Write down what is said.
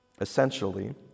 essentially